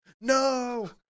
No